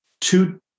two